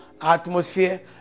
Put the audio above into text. atmosphere